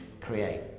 create